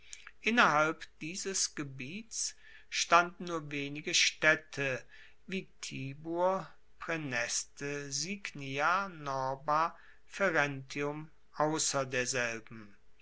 innerhalb dieses gebiets standen nur wenige staedte wie tibur praeneste signia norba ferentinum ausser derselben